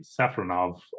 Safronov